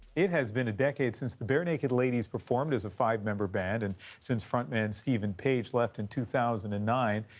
it has been a decade since barenaked ladies performed as a five-member band and since front maj steven page left in two thousand and nine.